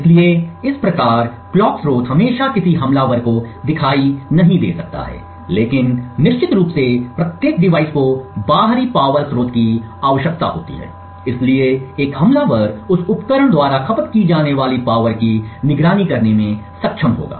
इसलिए इस प्रकार कलॉक स्रोत हमेशा किसी हमलावर को दिखाई नहीं दे सकता है लेकिन निश्चित रूप से प्रत्येक डिवाइस को बाहरी शक्ति स्रोत की आवश्यकता होती है इसलिए एक हमलावर उस उपकरण द्वारा खपत की जाने वाली पावर की निगरानी करने में सक्षम होगा